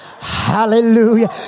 Hallelujah